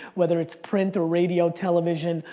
whether it's print or radio, television,